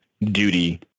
duty